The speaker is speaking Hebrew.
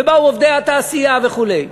ובאו עובדי התעשייה וכו'.